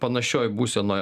panašioj būsenoe